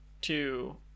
two